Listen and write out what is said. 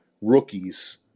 rookies